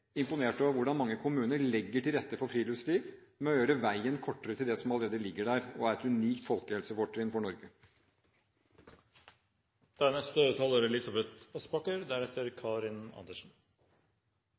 imponert over hvordan mange kommuner legger til rette for friluftsliv ved å gjøre veien kortere til det som allerede ligger der, og er et unikt folkehelsefortrinn for Norge. Skolen er